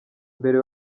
mbere